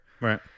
Right